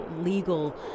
legal